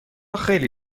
خیلی